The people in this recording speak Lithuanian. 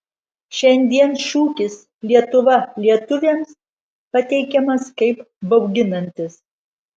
šiandien šūkis lietuva lietuviams pateikiamas kaip bauginantis